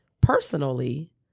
personally